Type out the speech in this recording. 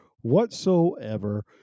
whatsoever